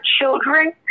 children